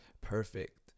perfect